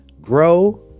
grow